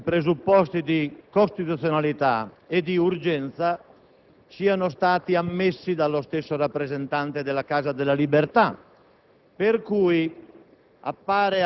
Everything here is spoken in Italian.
vorrei rilevare come i presupposti di costituzionalità e di urgenza siano stati ammessi dallo stesso rappresentante della Casa delle Libertà;